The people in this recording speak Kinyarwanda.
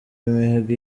imihigo